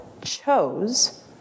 chose